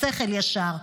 שכל ישר,